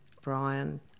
Brian